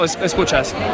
escuchas